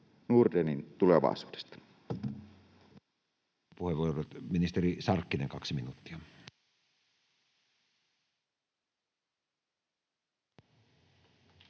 Nordenin tulevaisuudesta.